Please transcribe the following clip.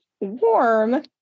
warm